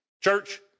Church